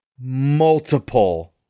multiple